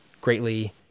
greatly